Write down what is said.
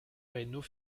raynaud